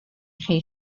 chi